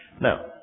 Now